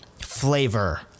flavor –